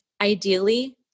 Ideally